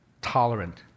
tolerant